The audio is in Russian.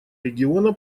региона